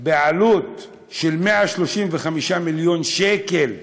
בעלות של 135 מיליון שקל,